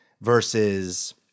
versus